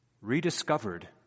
rediscovered